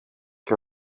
και